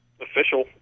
official